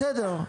בסדר.